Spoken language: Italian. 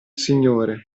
signore